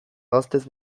gaztez